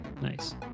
Nice